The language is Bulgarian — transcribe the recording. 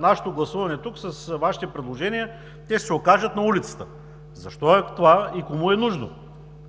нашето гласуване тук, с Вашите предложения, те ще се окажат на улицата. Защо е това и кому е нужно?!